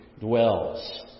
dwells